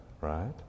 right